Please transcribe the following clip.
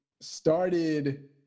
started